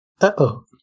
Uh-oh